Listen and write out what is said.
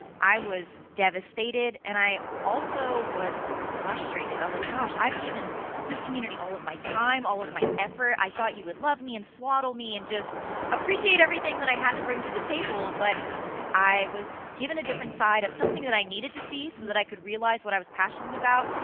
i was devastateed and i also was frustrateed. i was like gosh, i've given this community all of my time, all of my effort. i thought you would love me and swaddle me and just appreciate everything that i had to bring to the table. but i was given a different side of something that i needed to see so that i could realize what i was passionate about.